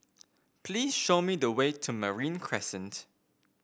please show me the way to Marine Crescent